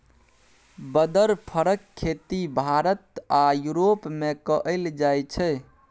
बदर फरक खेती भारत आ युरोप मे कएल जाइ छै